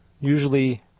usually